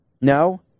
No